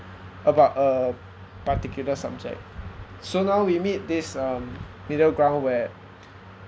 about a particular subject so now we meet this um middle ground where